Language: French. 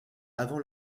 avant